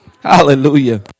hallelujah